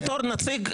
בתור נציג.